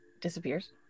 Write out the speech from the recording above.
disappears